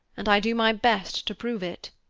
and i do my best to prove it.